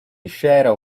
shadow